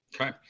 Okay